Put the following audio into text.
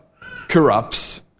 corrupts